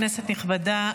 כנסת נכבדה,